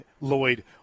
Lloyd